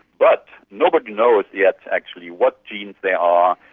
but nobody knows yet actually what genes they are,